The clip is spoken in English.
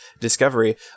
Discovery